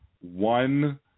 one